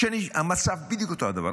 כשהמצב בדיוק אותו הדבר,